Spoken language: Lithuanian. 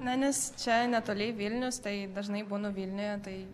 na nes čia netoli vilnius tai dažnai būnu vilniuje tai